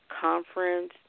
Conference